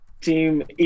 team